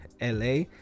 LA